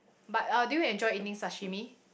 but uh do you enjoy eating sashimi